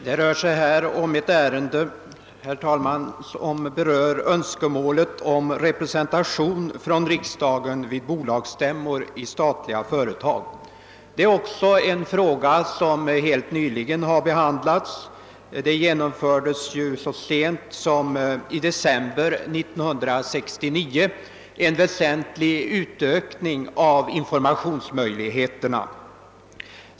Herr talman! Det ärende som nu föreligger berör önskemålet om representation för riksdagen vid bolagsstämmor i statliga företag. Det är också en fråga som helt nyligen har behandlats. Så sent som i december 1969 genomfördes ju en väsentlig utökning av informationsmöjligheterna.